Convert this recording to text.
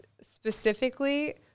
specifically